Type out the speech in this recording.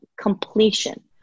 completion